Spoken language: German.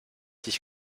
dich